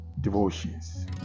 devotions